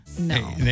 No